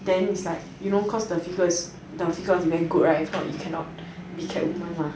then it's like you know cause the figure is the figure is very good mah if not you cannot be catwoman mah